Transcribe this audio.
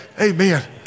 Amen